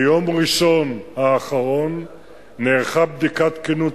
ביום ראשון האחרון נערכה בדיקת תקינות